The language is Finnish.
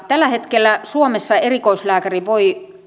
tällä hetkellä suomessa erikoislääkäri voi